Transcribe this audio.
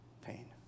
pain